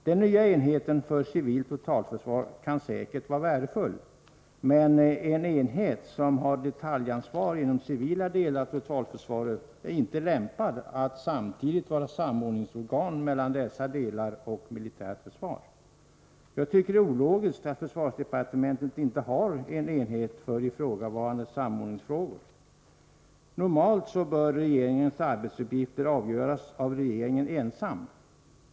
Den nya enheten för civilt totalförsvar kan säkert vara värdefull. Men en enhet som har detaljansvar inom civila delar av totalförsvaret är inte lämpad att samtidigt vara samordningsorgan mellan dessa delar och militärt försvar. Jag tycker det är ologiskt att försvarsdepartementet inte har en enhet för ifrågavarande samordningsfrågor. Normalt bör uppläggningen av regeringens arbetsuppgifter avgöras av regeringen ensam.